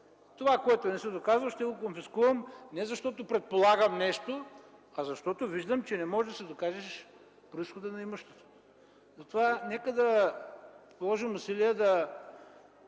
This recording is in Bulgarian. Това, което не си доказал, ще го конфискувам не защото предполагам нещо, а защото виждам, че не можеш да си докажеш произхода на имуществото”. Затова нека да положим усилия да